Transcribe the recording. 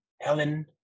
Helen